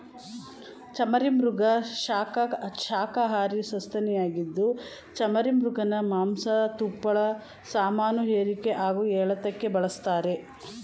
ಚಮರೀಮೃಗ ಶಾಖಹಾರಿ ಸಸ್ತನಿಯಾಗಿದ್ದು ಚಮರೀಮೃಗನ ಮಾಂಸ ತುಪ್ಪಳ ಸಾಮಾನುಹೇರಿಕೆ ಹಾಗೂ ಎಳೆತಕ್ಕಾಗಿ ಬಳಸ್ತಾರೆ